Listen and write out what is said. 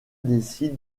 décide